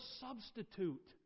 substitute